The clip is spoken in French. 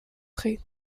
pré